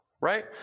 right